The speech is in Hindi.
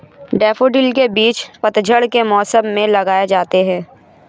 डैफ़ोडिल के बीज पतझड़ के मौसम में लगाए जाते हैं